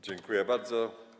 Dziękuję bardzo.